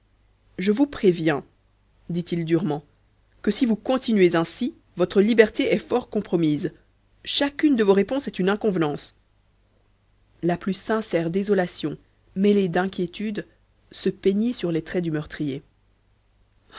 je vous préviens dit-il durement que si vous continuez ainsi votre liberté est fort compromise chacune de vos réponses est une inconvenance la plus sincère désolation mêlée d'inquiétude se peignit sur les traits du meurtrier